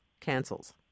cancels